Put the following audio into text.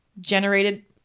generated